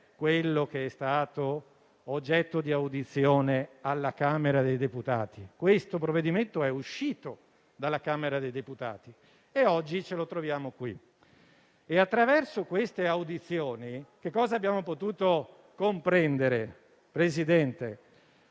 quello che è stato oggetto di audizione alla Camera dei deputati. Questo provvedimento è uscito dalla Camera dei deputati e oggi ce lo troviamo qui. Attraverso queste audizioni abbiamo potuto comprendere, signor